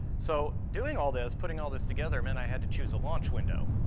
so, doing all this putting all this together meant i had to choose a launch window.